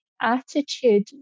attitude